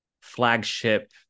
flagship